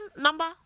number